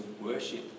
worship